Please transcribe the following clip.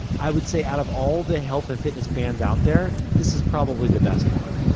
i would say out of all the health and fitness bands out there, this is probably the best one.